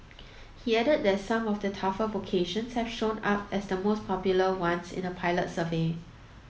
he added that some of the tougher vocations have shown up as the most popular ones in a pilot survey